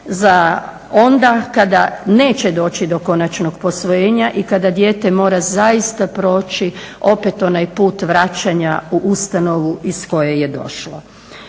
za onda kada neće doći do konačnog posvojenja i kada dijete mora zaista proći opet onaj put vraćanja u ustanovu iz koje je došlo.